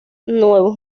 nuevos